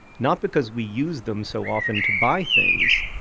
not because we use them so often to buy things,